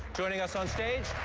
joining us on stage,